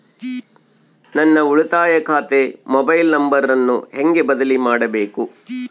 ನನ್ನ ಉಳಿತಾಯ ಖಾತೆ ಮೊಬೈಲ್ ನಂಬರನ್ನು ಹೆಂಗ ಬದಲಿ ಮಾಡಬೇಕು?